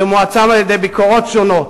זה מועצם על-ידי ביקורות שונות.